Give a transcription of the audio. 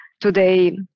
today